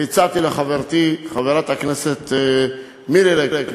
והצעתי לחברתי חברת הכנסת מירי רגב,